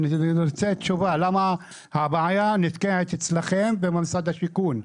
אני רוצה תשובה למה הבעיה נתקעת אצלכם במשרד השיכון.